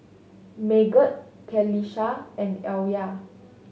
Megat Qalisha and Alya